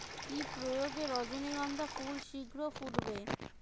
কি প্রয়োগে রজনীগন্ধা ফুল শিঘ্র ফুটবে?